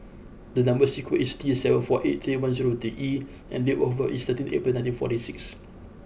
the number sequence is T seven four eight three one zero two E and date of birth is thirteenth April nineteen forty six